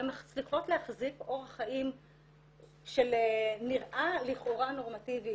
שמצליחות להחזיק אורח חיים שנראה לכאורה נורמטיבי,